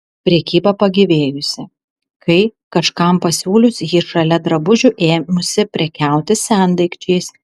prekyba pagyvėjusi kai kažkam pasiūlius ji šalia drabužių ėmusi prekiauti sendaikčiais